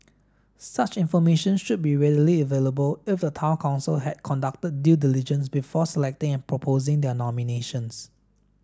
such information should be readily available if the town council had conducted due diligence before selecting and proposing their nominations